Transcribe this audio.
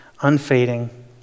unfading